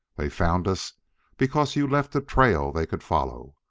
they found us because you left a trail they could follow.